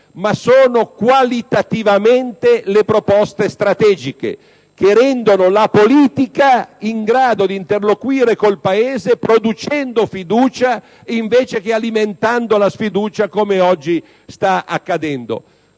essendo qualitativamente strategiche, rendono la politica in grado di interloquire con il Paese producendo fiducia, invece che alimentando la sfiducia come sta accadendo